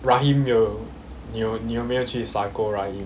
rahim 有你有你有没有去 psycho rahim